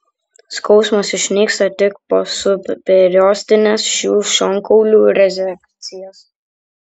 skausmas išnyksta tik po subperiostinės šių šonkaulių rezekcijos